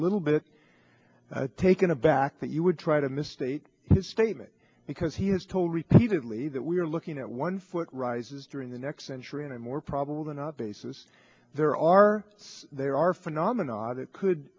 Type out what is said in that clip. little bit taken aback that you would try to misstate his statement because he has told repeatedly that we are looking at one foot rises during the next century and more probable than our bases there are there are phenomenon that could